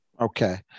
Okay